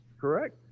Correct